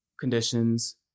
conditions